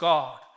God